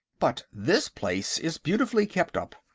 but this place is beautifully kept up.